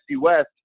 West